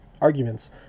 arguments